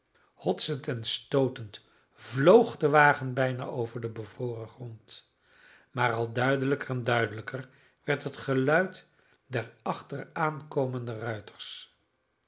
hotsend en stootend vloog de wagen bijna over den bevroren grond maar al duidelijker en duidelijker werd het geluid der achteraankomende ruiters